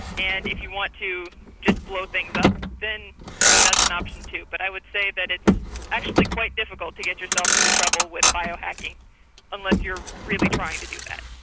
and if you want to just blow things up then that's an option too. but i would say that it's actually quite difficult to get yourself in to trouble with biohacking unless you're really trying to do that.